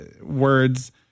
words